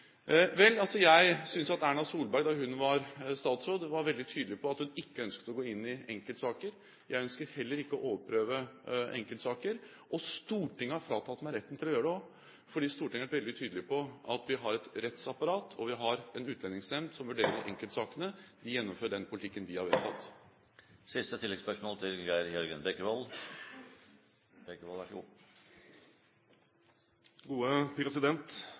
Vel, jeg synes at Erna Solberg da hun var statsråd, var veldig tydelig på at hun ikke ønsket å gå inn i enkeltsaker. Jeg ønsker heller ikke å overprøve enkeltsaker. Stortinget har fratatt meg retten til å gjøre det også, fordi Stortinget har vært veldig tydelig på at vi har et rettsapparat, og vi har en utlendingsnemnd som vurderer enkeltsakene. De gjennomfører den politikken vi har vedtatt. Geir Jørgen Bekkevold – til